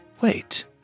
Wait